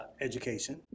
education